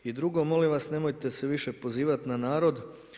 I drugo, molim vas nemojte se više pozivati na narod.